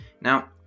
Now